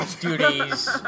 duties